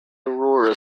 aurora